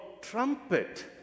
trumpet